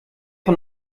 von